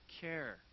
care